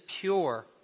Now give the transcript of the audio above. Pure